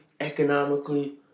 economically